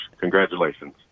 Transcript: Congratulations